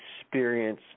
experience